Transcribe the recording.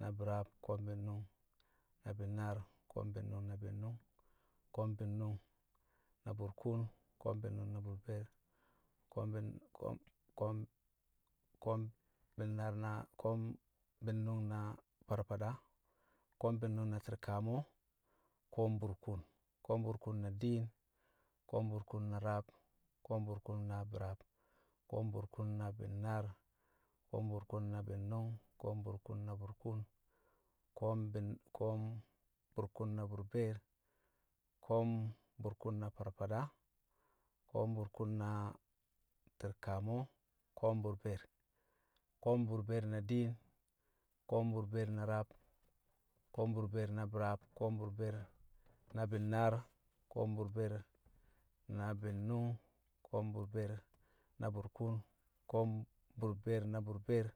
na bi̱raab ko̱o̱m bi̱nnṵng na bi̱nnaar ko̱o̱m bi̱nnṵng na bi̱nnṵng ko̱o̱m bi̱nnṵng na burkuun ko̱o̱m bi̱nnṵng na burbeer ko̱o̱m bi̱nu̱nnu̱ng- ko̱o̱m- ko̱o̱m- ko̱o̱m bi̱nnaar na ko̱o̱m bi̱nnṵng na farfada ko̱o̱m bi̱nnṵng na ti̱rkamo̱ ko̱o̱m burkuun ko̱o̱m burkuun na diin ko̱o̱m burkuun na rab. ko̱o̱m burkuun na bi̱raab ko̱o̱m burkuun na bi̱naar ko̱o̱m burkuun na bi̱nnṵng ko̱o̱m burkuun na burkuun ko̱o̱m bi̱n- ko̱o̱m- burkuun na burbeer ko̱o̱m burkuun na farfada ko̱o̱m burkuun na ti̱rkamo̱ ko̱o̱m burbeer ko̱o̱m burbeer na diin ko̱o̱m burbeer na rab ko̱o̱m burbeer na bi̱raab ko̱o̱m burbeer na bi̱nnaar ko̱o̱m burbeer na bi̱nnṵng ko̱o̱m burbeer na burkuun ko̱o̱m burbeer na burbeer